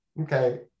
okay